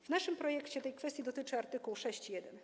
W naszym projekcie tej kwestii dotyczy art. 6.1.